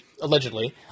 Allegedly